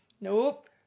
Nope